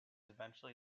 eventually